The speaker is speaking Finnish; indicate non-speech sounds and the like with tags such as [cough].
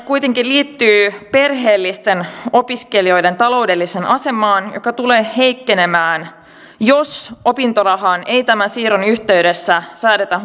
kuitenkin liittyy perheellisten opiskelijoiden taloudelliseen asemaan joka tulee heikkenemään jos opintorahaan ei tämän siirron yhteydessä säädetä [unintelligible]